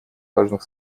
важных